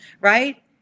right